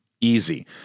Easy